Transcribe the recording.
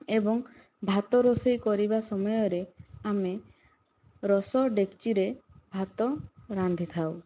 ଏବଂ ଭାତ ରୋଷେଇ କରିବା ସମୟ ରେ ଆମେ ରସ ଡେକ୍ଚି ରେ ଭାତ ରାନ୍ଧି ଥାଉ